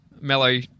mellow